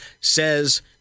says